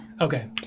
Okay